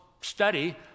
study